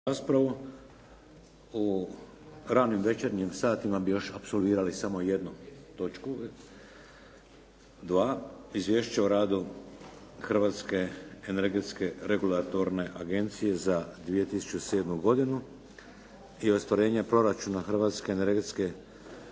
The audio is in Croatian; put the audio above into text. U ranim večernjim satima bi još apsorbirali samo jednu točku 2. – 2. Izvješće o radu Hrvatske energetske regulatorne agencije za 2007. – ostvarenje proračuna Hrvatske energetske